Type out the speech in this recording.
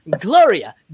Gloria